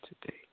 today